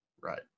right